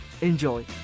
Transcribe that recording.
Enjoy